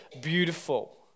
beautiful